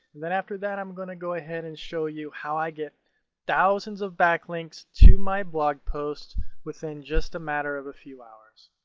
then after that i'm going to go ahead and show you how i get thousands of backlinks to my blog post within just a matter of a few hours.